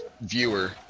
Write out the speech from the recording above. viewer